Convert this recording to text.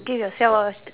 give yourself a